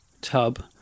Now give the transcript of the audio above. tub